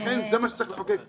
לכן זה מה שצריך לחוקק פה.